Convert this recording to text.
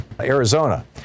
Arizona